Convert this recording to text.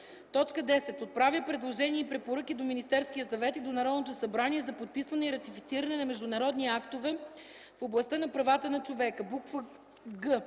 10. отправя предложения и препоръки до Министерския съвет и до Народното събрание за подписване и ратифициране на международни актове в областта на правата на човека;” г)